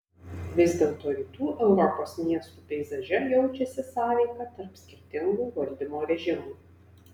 vis dėlto rytų europos miestų peizaže jaučiasi sąveika tarp skirtingų valdymo režimų